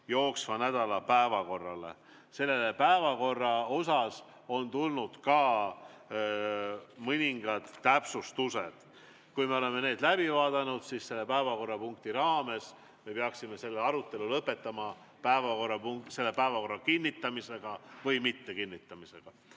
jooksva nädala päevakorrale. Selle päevakorra kohta on tulnud ka mõningad täpsustused. Kui me oleme need läbi vaadanud, siis selle päevakorrapunkti raames me peaksime selle arutelu lõpetama päevakorra kinnitamisega või mittekinnitamisega.